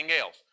else